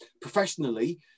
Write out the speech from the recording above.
professionally